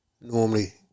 normally